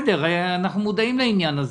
אנחנו מודעים לעניין הזה.